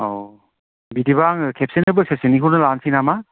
औ बिदिबा आङो खेबसेनो बोसोरसेनिखौनो लानोसै नामा